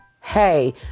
hey